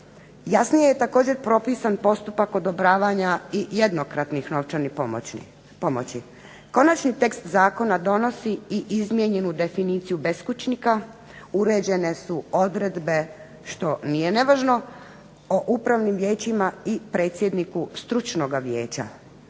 Jasnije je također propisan postupak odobravanja jednokratnih novčanih pomoći. Konačni tekst zakona donosi i izmijenjenu definiciju beskućnika, uređene su odredbe što nije nevažno, o upravnim vijećima i predsjedniku stručnoga vijeća.